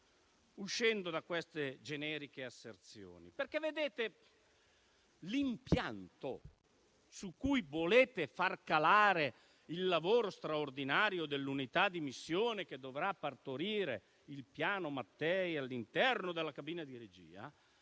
uscendo da queste generiche asserzioni. L'impianto su cui volete far calare il lavoro straordinario dell'unità di missione che dovrà partorire il Piano Mattei all'interno della cabina di regia